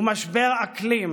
ומשבר אקלים,